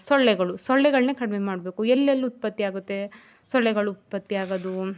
ಸೊಳ್ಳೆಗಳು ಸೊಳ್ಳೆಗಳನ್ನ ಕಡಿಮೆ ಮಾಡಬೇಕು ಎಲ್ಲೆಲ್ಲಿ ಉತ್ಪತ್ತಿ ಆಗುತ್ತೆ ಸೊಳ್ಳೆಗಳು ಉತ್ಪತ್ತಿ ಆಗೋದು